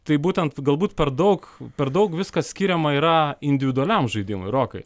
tai būtent galbūt per daug per daug viskas skiriama yra individualiam žaidimui rokai